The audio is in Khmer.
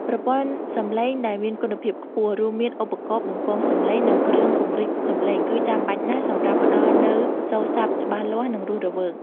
ប្រព័ន្ធសំឡេង ដែលមានគុណភាពខ្ពស់ រួមមានឧបករណ៍បំពងសំឡេង និងគ្រឿងពង្រីកសំឡេង គឺចាំបាច់ណាស់សម្រាប់ផ្ដល់នូវសូរស័ព្ទច្បាស់លាស់ និងរស់រវើក។